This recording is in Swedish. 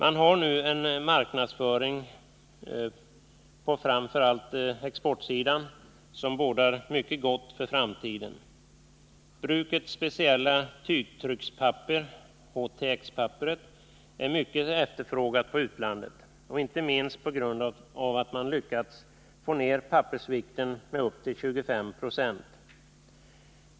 Man har nu en marknadsföring på framför allt exportsidan som bådar mycket gott för framtiden. Brukets speciella tygtryckspapper — HTX-papperet — är mycket efterfrågat från utlandet, inte minst på grund av att man lyckats få ner pappersvikten med upp till 25 96.